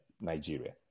Nigeria